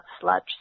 sludge